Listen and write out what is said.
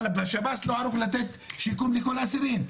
אבל השב"ס לא ערוך לתת שיקום לכל האסירים.